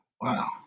Wow